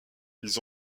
ils